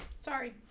sorry